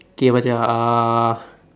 K what's that ah uh